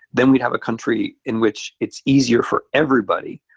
then we'd have a country in which it's easier for everybody,